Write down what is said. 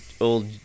old